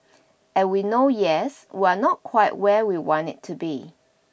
and we know yes we are not quite where we want it to be